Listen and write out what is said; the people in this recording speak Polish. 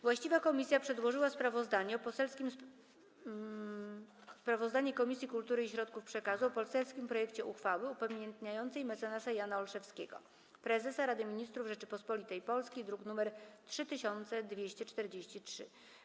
Właściwa komisja przedłożyła sprawozdanie Komisji Kultury i Środków Przekazu o poselskim projekcie uchwały upamiętniającej mecenasa Jana Olszewskiego - Prezesa Rady Ministrów Rzeczypospolitej Polskiej, druk nr 3243.